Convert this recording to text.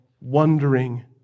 wondering